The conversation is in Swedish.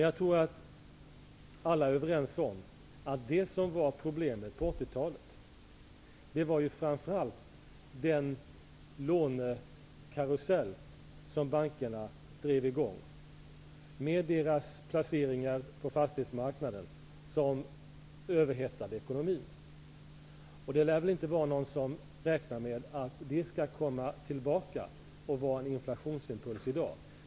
Jag tror att alla är överens om att problemet under 80-talet framför allt var den lånekarusell som bankerna drev i gång med sina placeringar på fastighetsmarknaden som överhettade ekonomin. Det lär inte vara någon som räknar med att det skall komma tillbaka och vara en inflationsimpuls i dag.